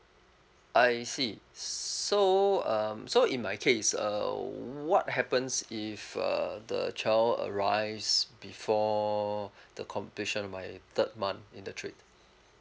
I see so um so in my case uh what happens if uh the child arrives before the completion of my third month in the trade